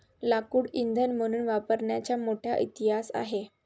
लाकूड इंधन म्हणून वापरण्याचा मोठा इतिहास आहे